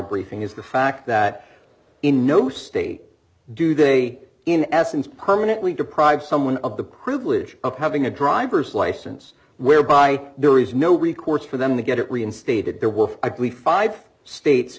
briefing is the fact that in no state do they in essence permanently deprive someone of the privilege of having a driver's license whereby there is no recourse for them to get it reinstated there were likely five states